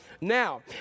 now